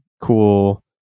cool